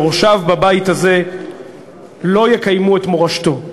יורשיו בבית הזה לא יקיימו את מורשתו,